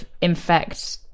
infect